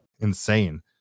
insane